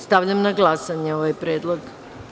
Stavljam na glasanje ovaj predlog.